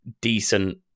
decent